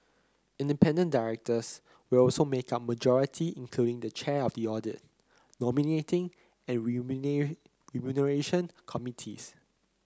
independent directors will also make up majority including the chair of the audit nominating and remuneration committees